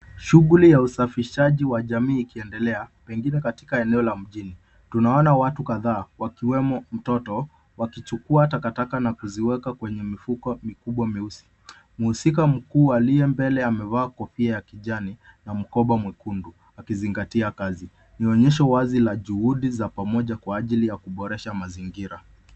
Shughuli ya usafishaji wa jamii ikiendelea pengine katika eneo la mjini. Tunaona watu kadhaa wakiwemo mtoto wakichukua takataka na kuziweka kwenye mifuko mikubwa meusi. Mhusika mkuu aliye mbele amevaa kofia ya kijani na mkoba mwekundu akizingatia kazi. Ni onyesho wazi wa juhudi za pamoja kwa ajili ya kuboresha mazingira.